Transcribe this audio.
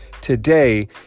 today